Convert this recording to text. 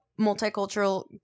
multicultural